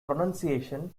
pronunciation